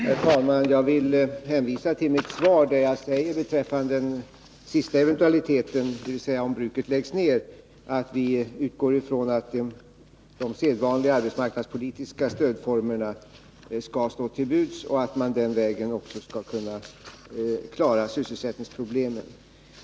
Herr talman! Jag vill hänvisa till mitt svar, där jag beträffande den sista eventualiteten, dvs. om bruket läggs ned, säger att vi utgår ifrån att de sedvanliga arbetsmarknadspolitiska stödformerna skall stå till buds och att man den vägen också skall kunna klara sysselsättningsproblemen.